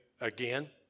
again